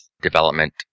development